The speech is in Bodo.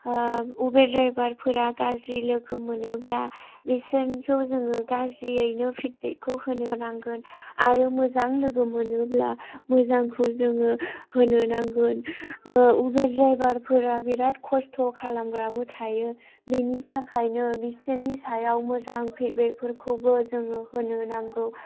उबेर ड्रायभारफोरा गाज्रि लोगो मोनोब्ला बिसोरखौ जोङो गाज्रियैनो फिडबेकखौ होनो नांगोन आरो मोजां लोगो मोनोब्ला मोजांखौ जोङो होनो नांगोन उबेर ड्रायभारफोरा बिराद खस्त' खालामग्राबो थायो बेनि थाखायनो बिसोरनि सायाव मोजां फिडबेकफोरखौबो जोङो होनो नांगौ